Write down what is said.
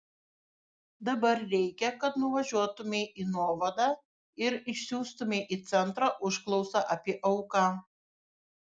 dabar reikia kad nuvažiuotumei į nuovadą ir išsiųstumei į centrą užklausą apie auką